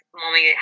mommy